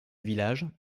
village